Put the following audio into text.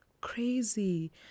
crazy